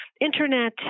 internet